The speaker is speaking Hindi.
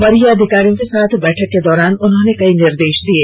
वरीय अधिकारियों के साथ बैठक के दौरान उन्होंने कई निर्देश दिये